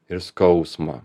ir skausmą